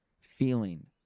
feeling